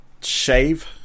Shave